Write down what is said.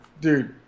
Dude